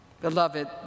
Beloved